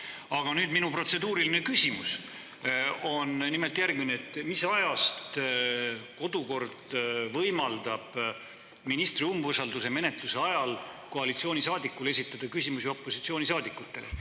nüüd, minu protseduuriline küsimus on nimelt järgmine. Mis ajast kodukord võimaldab ministri umbusalduse menetluse ajal koalitsioonisaadikul esitada küsimusi opositsioonisaadikutele?